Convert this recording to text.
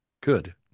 good